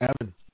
Evan